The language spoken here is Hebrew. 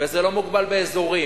וזה לא מוגבל באזורים.